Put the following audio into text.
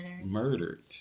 murdered